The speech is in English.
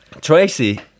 Tracy